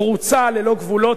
פרוצה ללא גבולות.